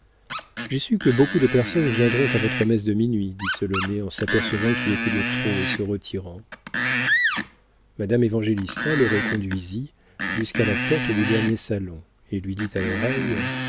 j'ai su que beaucoup de personnes viendront à votre messe de minuit dit solonet en s'apercevant qu'il était de trop et se retirant madame évangélista le reconduisit jusqu'à la porte du dernier salon et lui dit à l'oreille